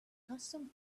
custom